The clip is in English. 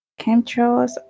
chemtrails